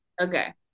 Okay